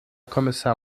kommissar